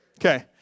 Okay